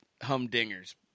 humdingers